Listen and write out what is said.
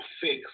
fix